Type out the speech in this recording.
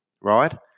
right